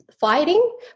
fighting